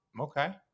Okay